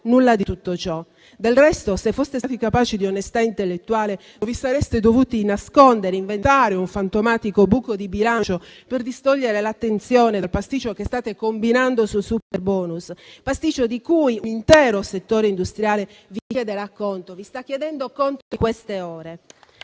nulla di tutto ciò. Del resto, se foste stati capaci di onestà intellettuale, non vi sareste dovuti nascondere e inventare un fantomatico buco di bilancio per distogliere l'attenzione dal pasticcio che state combinando sul super bonus: pasticcio di cui un intero settore industriale vi sta chiedendo conto in queste ore.